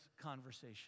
conversation